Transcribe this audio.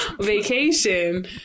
vacation